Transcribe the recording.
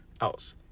else